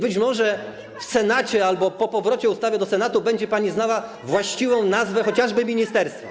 Być może w Senacie albo po powrocie ustawy z Senatu będzie pani znała właściwą nazwę ministerstwa.